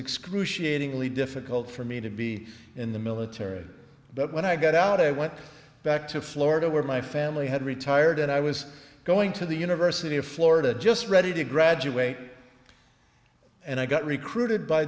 excruciating really difficult for me to be in the military but when i got out i went back to florida where my family had retired and i was going to the university of florida just ready to graduate and i got recruited by